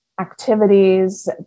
activities